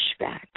pushback